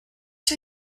two